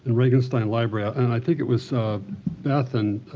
regenstein library. and i think it was beth and